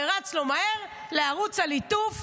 ורץ לו מהר לערוץ הליטוף,